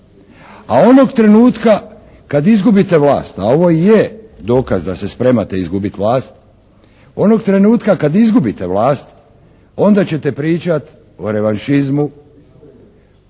A onog trenutka kad izgubite vlast a ovo i je dokaz da se spremate izgubiti vlast, onog trenutka kad izgubite